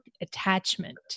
attachment